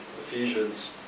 Ephesians